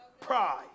Pride